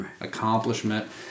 accomplishment